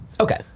Okay